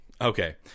Okay